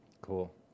cool